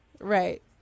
right